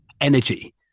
energy